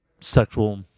sexual